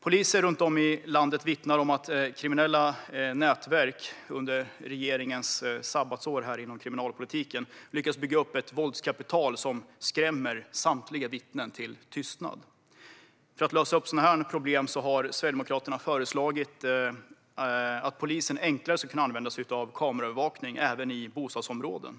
Poliser runt om i landet vittnar om att kriminella nätverk under regeringens sabbatsår inom kriminalpolitiken har lyckats bygga upp ett våldskapital som skrämmer samtliga vittnen till tystnad. För att lösa upp sådana problem har Sverigedemokraterna föreslagit att polisen enklare ska kunna använda sig av kameraövervakning, även i bostadsområden.